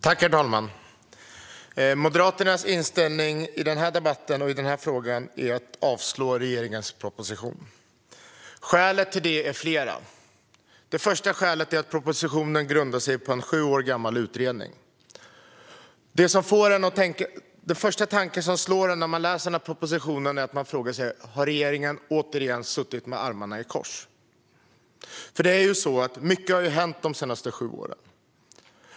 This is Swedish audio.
Herr talman! Moderaternas inställning i den här debatten och i den här frågan är att yrka avslag på regeringens proposition. Skälen är flera. Det första skälet är att propositionen grundar sig på en sju år gammal utredning. Första tanken när man läser propositionen är att man frågar sig om regeringen återigen har suttit med armarna i kors. Mycket har hänt de senaste sju åren.